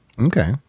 Okay